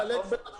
נשאלו פה כמה